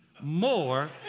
More